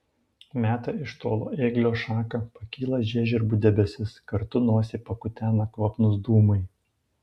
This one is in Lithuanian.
meta iš tolo ėglio šaką pakyla žiežirbų debesis kartu nosį pakutena kvapnūs dūmai